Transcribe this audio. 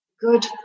good